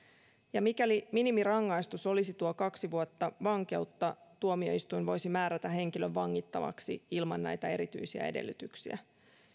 mikäli minimirangaistus olisi tuo kaksi vuotta vankeutta tuomioistuin voisi määrätä henkilön vangittavaksi ilman näitä erityisiä edellytyksiä